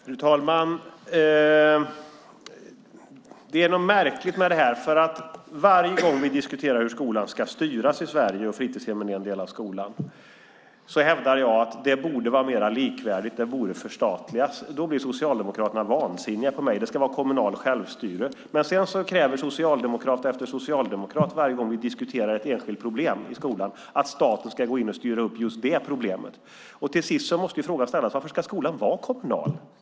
Fru talman! Det är något märkligt med detta. Varje gång vi diskuterar hur skolan ska styras i Sverige - fritidshemmen är en del av skolan - hävdar jag att den borde vara mer likvärdig och att den borde förstatligas. Då blir socialdemokraterna vansinniga på mig. Det ska vara kommunalt självstyre. Sedan kräver socialdemokrat efter socialdemokrat varje gång vi diskuterar ett enskilt problem i skolan att staten ska gå in och styra upp just det problemet. Till sist måste frågorna ställas: Varför ska skolan vara kommunal?